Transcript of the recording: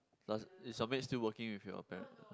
plus is your maid still working with your parent